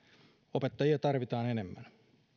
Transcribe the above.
opettajia tarvitaan enemmän